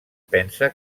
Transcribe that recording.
pensa